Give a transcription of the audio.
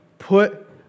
Put